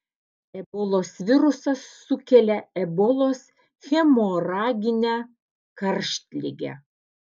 ebolos virusas sukelia ebolos hemoraginę karštligę